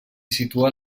situa